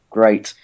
Great